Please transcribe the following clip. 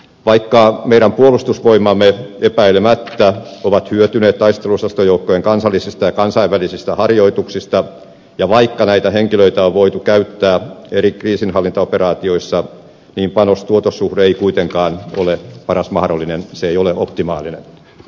vaikka meidän puolustusvoimamme epäilemättä on hyötynyt taisteluosastojoukkojen kansallisista ja kansainvälisistä harjoituksista ja vaikka näitä henkilöitä on voitu käyttää eri kriisinhallintaoperaatioissa niin panostuotos suhde ei kuitenkaan ole paras mahdollinen se ei ole optimaalinen